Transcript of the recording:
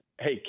hey